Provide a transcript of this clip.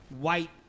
white